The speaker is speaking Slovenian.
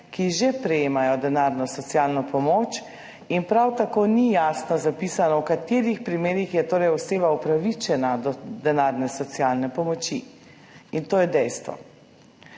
ki že prejemajo denarno socialno pomoč in prav tako ni jasno zapisano, v katerih primerih je oseba upravičena do denarne socialne pomoči. In to je dejstvo.